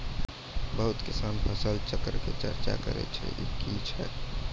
बहुत किसान फसल चक्रक चर्चा करै छै ई की छियै बताऊ?